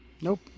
nope